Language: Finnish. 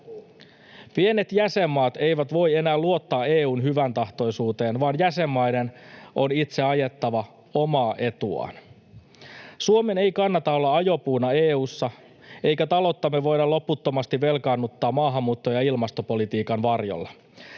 Pienet jäsenmaat eivät voi enää luottaa EU:n hyväntahtoisuuteen, vaan jäsenmaiden on itse ajettava omaa etuaan. Suomen ei kannata olla ajopuuna EU:ssa, eikä talouttamme voida loputtomasti velkaannuttaa maahanmuutto- ja ilmastopolitiikan varjolla.